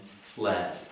fled